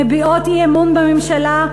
מביעות אי-אמון בממשלה.